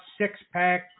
six-pack